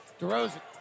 DeRozan